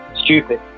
stupid